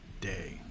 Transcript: day